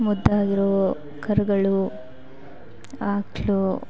ಮೊದಲಾದ್ರೂ ಕರುಗಳು ಆಕಳು